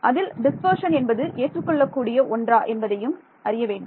அதில் டிஸ்பர்ஷன் என்பது ஏற்றுக்கொள்ள கூடிய ஒன்றா என்பதையும் அறிய வேண்டும்